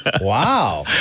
Wow